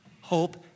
Hope